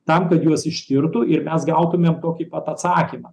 tam kad juos ištirtų ir mes gautumėm tokį pat atsakymą